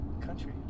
country